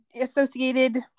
associated